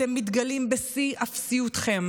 אתם מתגלים בשיא אפסיותכם